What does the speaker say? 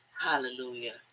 Hallelujah